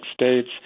states